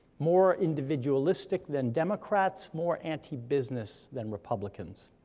more individualistic than democrats, more anti-business than republicans.